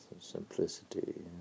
simplicity